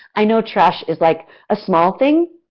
i know trash is like a small thing,